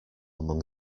among